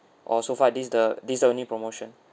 orh so far this the this only promotion